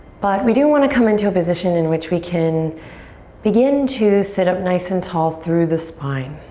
but we do want to come into a position in which we can begin to sit up nice and tall through the spine.